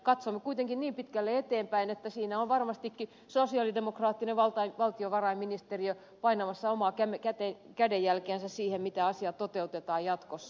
katson kuitenkin niin pitkälle eteenpäin että siinä on varmastikin sosialidemokraattinen valtiovarainministeriö painamassa omaa kädenjälkeänsä siihen miten asia toteutetaan jatkossa